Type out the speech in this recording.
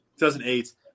2008